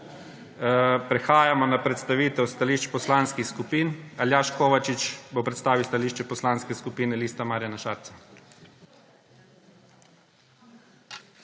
Prehajamo na predstavitev stališč poslanskih skupin. Aljaž Kovačič bo predstavil stališče Poslanske skupine Lista Marjana Šarca.